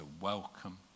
welcome